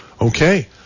Okay